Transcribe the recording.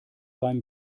beim